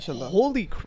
holy